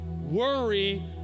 worry